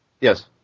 Yes